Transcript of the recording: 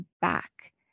back